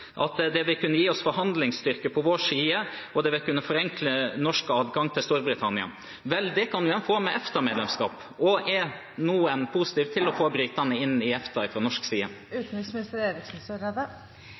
at det vil kunne gi oss forhandlingsstyrke på vår side, og det vil kunne forenkle norsk adgang til Storbritannia. Vel, det kan en få med EFTA-medlemskap. Er en nå fra norsk side positiv til å få britene inn i EFTA?